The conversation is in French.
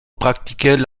pratiquait